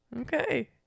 Okay